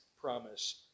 promise